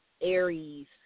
Aries